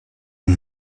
and